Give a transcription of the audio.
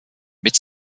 mit